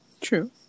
True